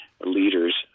leaders